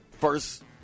first